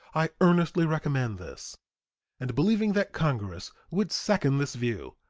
i earnestly recommend this and believing that congress would second this view,